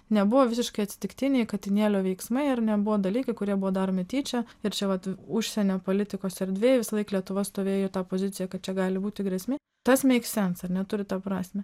nebuvo visiškai atsitiktiniai katinėlio veiksmai ar ne buvo dalykai kurie buvo daromi tyčia ir čia vat užsienio politikos erdvėj visąlaik lietuva stovėjo ta pozicija kad čia gali būti grėsmė tas meiks sens ar ne turi tą prasmę